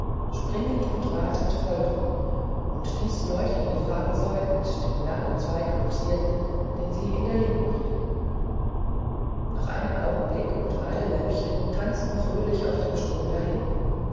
springend und watend folgten und dies leuchtende fahrzeug mit dem langen zweig bugsierten den sie in der linken hielten noch einen augenblick und beide lämpchen tanzten fröhlich auf dem strom dahin